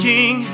King